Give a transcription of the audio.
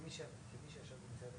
אם זה פוליטי,